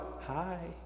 hi